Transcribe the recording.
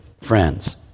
friends